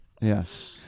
yes